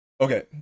Okay